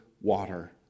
water